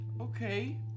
Okay